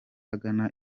agana